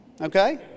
Okay